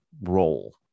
role